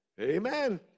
Amen